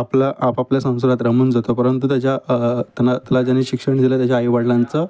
आपलं आपल्या संस्कृत रमून जातो परंतु त्याच्या त्यांना ज्याने शिक्षण दिलं त्याच्या आईवडलांचं